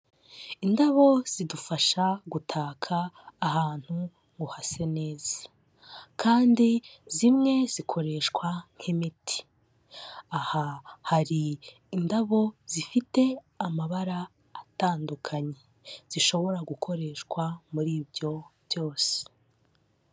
Indabo zidufasha gutaka ahantu ngo hase neza kandi zimwe zikoreshwa nk'imiti. Aha hari indabo zifite amabara atandukanye, zishobora gukoreshwa muri ibyo byose.